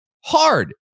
hard